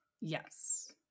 yes